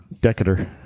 Decatur